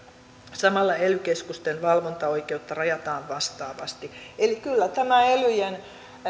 samalla ely keskusten valvontaoikeutta rajataan vastaavasti eli kyllä tämä elyjen